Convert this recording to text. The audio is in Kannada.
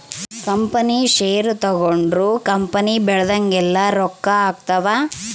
ಕಂಪನಿ ಷೇರು ತಗೊಂಡ್ರ ಕಂಪನಿ ಬೆಳ್ದಂಗೆಲ್ಲ ರೊಕ್ಕ ಆಗ್ತವ್